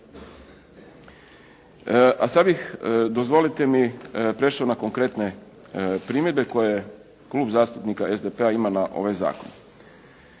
A sad bih, dozvolite mi prešao na konkretne primjedbe koje Klub zastupnika SDP-a ima na ovaj zakon.